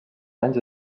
anys